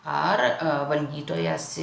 ar valdytojas